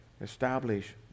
establish